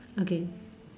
okay